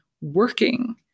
working